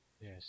Yes